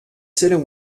sitting